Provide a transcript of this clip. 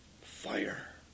fire